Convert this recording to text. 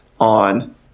on